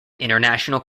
international